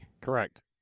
correct